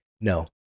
No